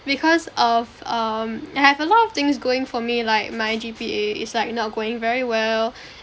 because of um I have a lot of things going for me like my G_P_A is like not going very well